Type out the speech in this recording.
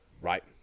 Right